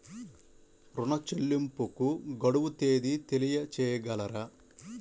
ఋణ చెల్లింపుకు గడువు తేదీ తెలియచేయగలరా?